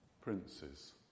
princes